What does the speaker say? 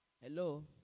Hello